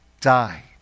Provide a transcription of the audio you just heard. died